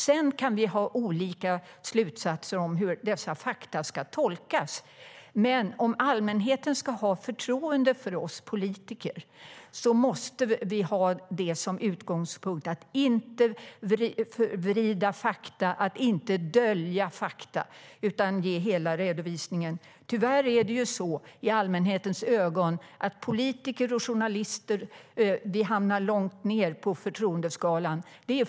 Vi kan ha olika slutsatser i fråga om hur dessa fakta ska tolkas, men om allmänheten ska ha förtroende för oss politiker måste vi ha som utgångspunkt att inte förvrida fakta eller dölja fakta, utan ge hela redovisningen. Tyvärr hamnar politiker och journalister långt ned på förtroendeskalan i allmänhetens ögon.